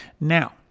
Now